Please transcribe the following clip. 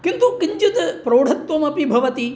किन्तु किञ्चित् प्रौढत्वमपि भवति